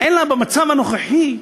אלא במצב הנוכחי,